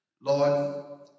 Lord